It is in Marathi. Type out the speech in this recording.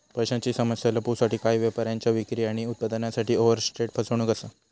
पैशांची समस्या लपवूसाठी काही व्यापाऱ्यांच्या विक्री आणि उत्पन्नासाठी ओवरस्टेट फसवणूक असा